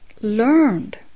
learned